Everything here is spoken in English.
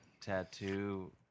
tattoo